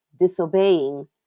disobeying